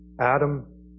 Adam